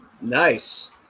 nice